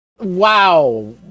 wow